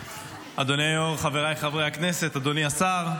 אדוני היו"ר, חבריי חברי הכנסת, אדוני השר,